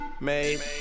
Made